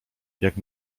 jak